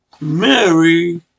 Mary